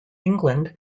england